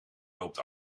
loopt